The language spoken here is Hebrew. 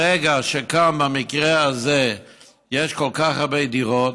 ברגע שגם במקרה הזה יש כל כך הרבה דירות,